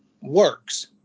works